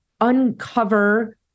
uncover